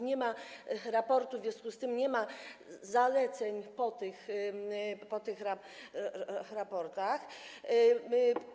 Nie ma raportów, w związku z czym nie ma zaleceń po tych raportach.